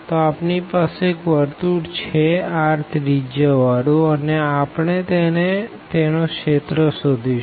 તો આપણી પાસે એક સર્કલ છે r રેડીઅસ વારુ અને આપણે તેનો રિજિયન શોધીશું